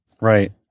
right